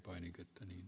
herra puhemies